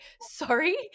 sorry